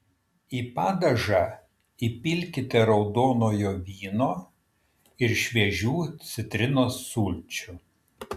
į padažą įpilkite raudonojo vyno ir šviežių citrinos sulčių